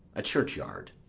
a churchyard.